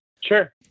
Sure